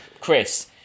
Chris